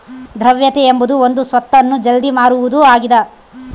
ದ್ರವ್ಯತೆ ಎಂಬುದು ಒಂದು ಸ್ವತ್ತನ್ನು ಜಲ್ದಿ ಮಾರುವುದು ಆಗಿದ